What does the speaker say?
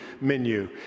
menu